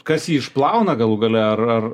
kas jį išplauna galų gale ar ar